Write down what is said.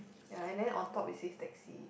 ya and then on top it says taxi